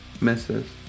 misses